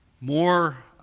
more